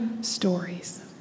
stories